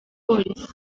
polisi